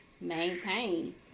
maintain